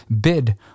bid